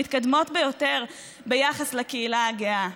המתקדמות ביותר ביחס לקהילה הגאה.